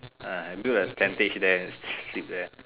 ah I build a tentage there sleep there